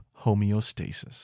homeostasis